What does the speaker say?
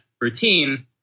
routine